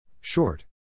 short